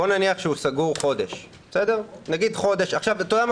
בוא נניח שהוא סגור חודש אתה יודע מה?